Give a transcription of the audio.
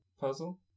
puzzle